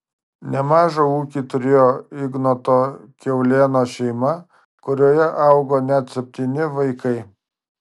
nemažą ūkį turėjo ignoto kiaulėno šeima kurioje augo net septyni vaikai